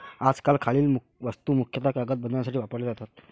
आजकाल खालील वस्तू मुख्यतः कागद बनवण्यासाठी वापरल्या जातात